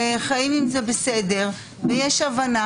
חיים עם זה בסדר ובהבנה.